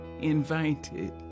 invited